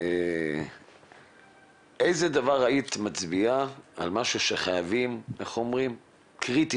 על איזה דבר היית מצביעה שחייבים בו שיפור קריטי